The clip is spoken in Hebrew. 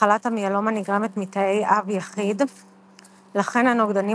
מחלת המיאלומה נגרמת מתא אב יחיד לכן הנוגדנים